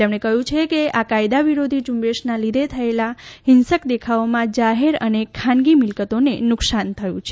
તેમણે કહ્યું છે કે આ કાયદા વિરોધી ઝુંબેશના લીધે થયેલા હિંસક દેખાવોમાં જાહેર અને ખાનગી મિલ્કતોને નુકસાન થયું છે